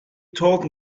told